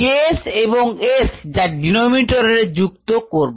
K s এবং S যা denominator এ যুক্ত করব